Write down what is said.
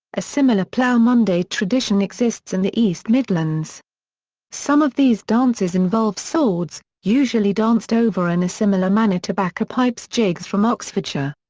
a similar plough monday tradition exists in the east midlands some of these dances involve swords, usually danced over in a similar manner to baccapipes jigs from oxfordshire.